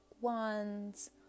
Wands